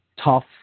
Tough